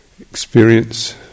experience